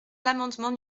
l’amendement